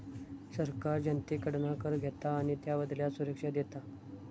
सरकार जनतेकडना कर घेता आणि त्याबदल्यात सुरक्षा देता